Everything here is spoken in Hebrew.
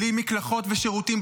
בלי מקלחות ושירותים,